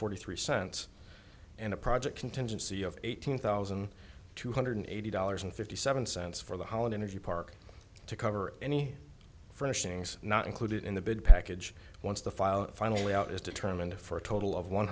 forty three cents and a project contingency of eighteen thousand two hundred eighty dollars and fifty seven cents for the holiday and if you park to cover any fresh things not included in the bid package once the file finally out is determined for a total of one